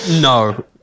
No